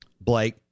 Blake